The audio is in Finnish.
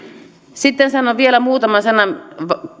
sitten sanon vielä muutaman sanan